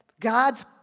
God's